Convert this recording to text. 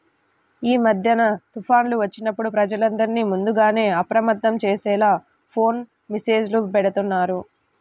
యీ మద్దెన తుఫాన్లు వచ్చినప్పుడు ప్రజలందర్నీ ముందుగానే అప్రమత్తం చేసేలా ఫోను మెస్సేజులు బెడతన్నారు